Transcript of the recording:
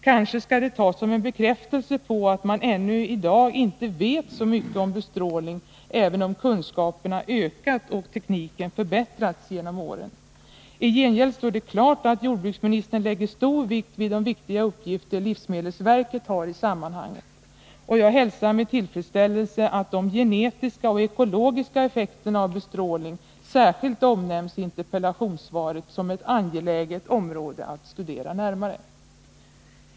Kanske skall det tas som en bekräftelse på att man ännu i dag inte vet så mycket om bestrålning, även om kunskaperna ökat och tekniken förbättrats genom åren. I gengäld står det klart att jordbruksministern lägger stor vikt vid de betydelsefulla uppgifter livsmedelsverket har i sammanhanget. Och jag hälsar med tillfredsställelse att de genetiska och ekologiska effekterna av bestrålning särskilt omnämns i interpellationssvaret som ett område det är angeläget att studera närmare.